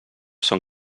son